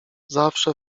zawsze